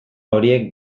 horiek